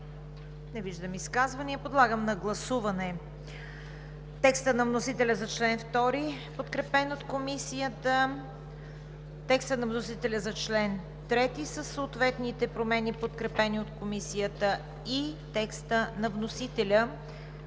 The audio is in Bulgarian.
Не виждам. Подлагам на гласуване текста на вносителя за чл. 2, подкрепен от Комисията; текста на вносителя за чл. 3 със съответните промени, подкрепени от Комисията, и текста на вносителя